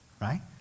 right